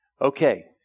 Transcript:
Okay